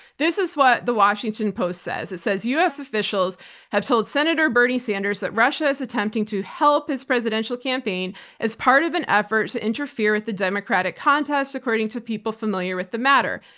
this is what the washington post says. it says, u. s. officials have told senator bernie sanders that russia is attempting to help his presidential campaign as part of an effort to interfere with the democratic contest according to people familiar with the matter.